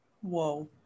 Whoa